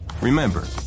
Remember